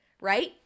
right